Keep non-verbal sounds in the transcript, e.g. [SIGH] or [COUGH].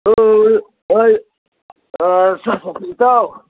[UNINTELLIGIBLE] ꯏꯇꯥꯎ